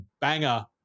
banger